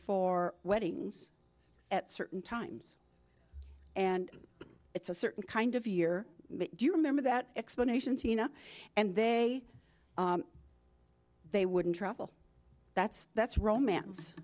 for weddings at certain times and it's a certain kind of year do you remember that explanation tina and they they wouldn't travel that's that's romance